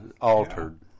altered